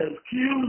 excuse